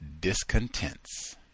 discontents